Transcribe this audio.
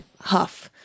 huff